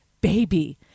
baby